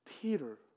Peter